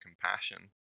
compassion